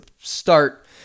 start